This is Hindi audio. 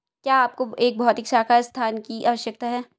क्या आपको एक भौतिक शाखा स्थान की आवश्यकता है?